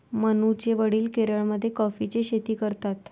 मनूचे वडील केरळमध्ये कॉफीची शेती करतात